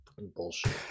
Bullshit